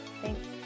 thanks